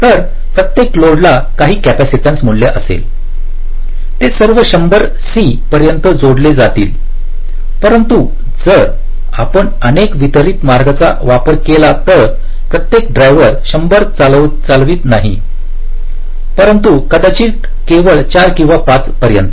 तर प्रत्येक लोड ला काही कॅपेसिटन्स मूल्य असेल ते सर्व 100c पर्यंत जोडले जातील परंतु जर आपण अनेक वितरित मार्गाचा वापर केला तर प्रत्येक ड्रायव्हर 100 चालवित नाही परंतु कदाचित केवळ 4 किंवा 5 पर्यंत